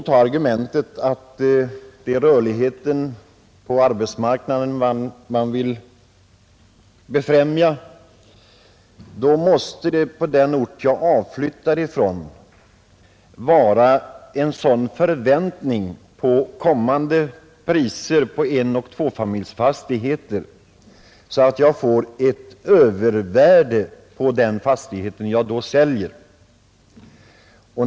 Om argumentet är att man vill befrämja rörligheten på arbetsmarknaden måste det dock i så fall på avflyttningsorten finnas en sådan förväntan på kommande högre priser på enoch tvåfamiljsfastigheter att fastigheten kan säljas till ett övervärde.